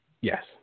Yes